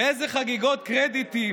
ואיזה חגיגות קרדיטים,